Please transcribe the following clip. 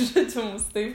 žodžiu mums taip